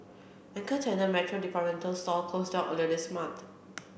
anchor tenant Metro department store closed down earlier this month